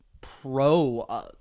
pro